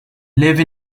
live